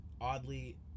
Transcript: oddly